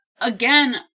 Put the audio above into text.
again